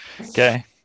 Okay